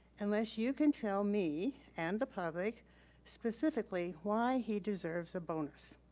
unless you can tell me and the public specifically why he deserves a bonus.